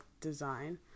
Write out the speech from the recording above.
design